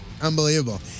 Unbelievable